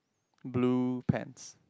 blue pants